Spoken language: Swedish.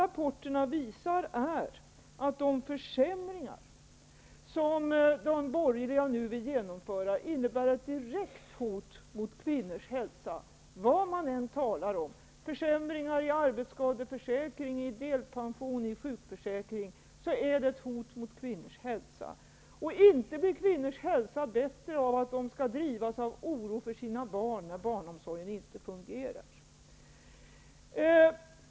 Rapporterna visar att de försämringar som de borgerliga nu vill genomföra innebär ett direkt hot mot kvinnors hälsa. Försämringar av arbetsskadeförsäkring, av delpension och, av sjukförsäkring är ett hot mot kvinnors hälsa. Inte blir kvinnors hälsa bättre av att de skall känna oro för sina barn när barnomsorgen inte fungerar.